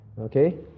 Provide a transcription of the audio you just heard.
okay